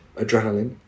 adrenaline